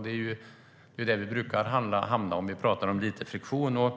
Det är där vi brukar hamna om vi talar om lite friktion.